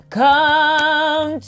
come